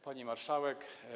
Pani Marszałek!